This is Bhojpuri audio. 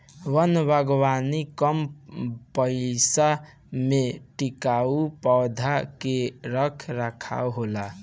वन बागवानी कम पइसा में टिकाऊ पौधा के रख रखाव होला